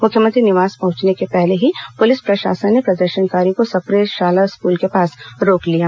मुख्यमंत्री निवास पहंचने के पहले ही पुलिस प्रशासन ने प्रदर्शनकारियों को सप्रे शाला स्कूल के पास रोक लिया